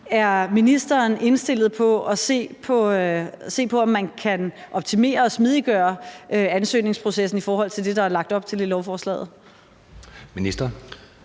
Er ministeren indstillet på at se på, om man kan optimere og smidiggøre ansøgningsprocessen i forhold til det, der er lagt op til i lovforslaget? Kl.